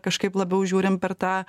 kažkaip labiau žiūrim per tą